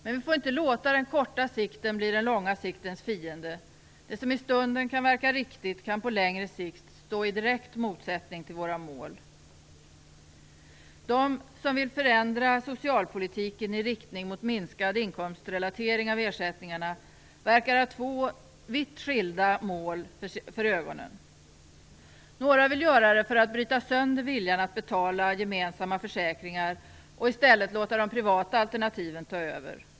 Men vi får inte låta den korta sikten bli den långa siktens fiende. Det som i stunden kan verka riktigt kan på längre sikt stå i direkt motsättning till våra mål. De som vill förändra socialpolitiken i riktning mot minskad inkomstrelatering av ersättningarna verkar ha två vitt skilda mål för ögonen. Några vill göra det för att bryta sönder viljan att betala gemensamma försäkringar och i stället låta de privata alternativen ta över.